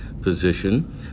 position